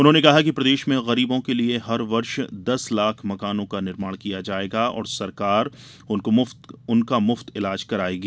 उन्होंने कहा है कि प्रदेश में गरीबों के लिये हर वर्ष दस लाख मकानों का निर्माण किया जायेगा और सरकार उनका मुफ्त इलाज करायेगी